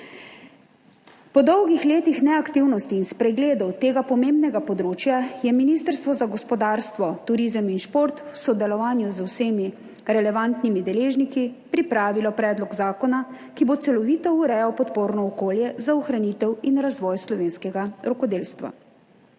Po dolgih letih neaktivnosti in spregledov tega pomembnega področja je Ministrstvo za gospodarstvo, turizem in šport v sodelovanju z vsemi relevantnimi deležniki pripravilo predlog zakona, ki bo celovito urejal podporno okolje za ohranitev in razvoj slovenskega rokodelstva.